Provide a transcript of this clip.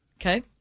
Okay